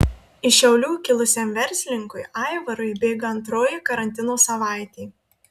iš šiaulių kilusiam verslininkui aivarui bėga antroji karantino savaitė